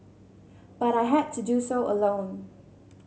but I had to do so alone